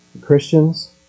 Christians